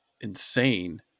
insane